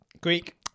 Greek